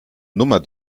nummer